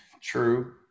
True